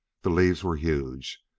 the leaves were huge,